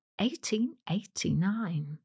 1889